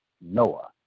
Noah